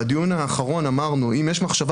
בדיון האחרון אמרנו: אם יש מחשבה